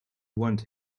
want